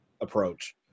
approach